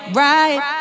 right